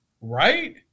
Right